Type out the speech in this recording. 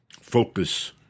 focus